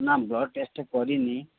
ନା blood test କରିନି